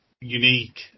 unique